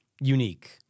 unique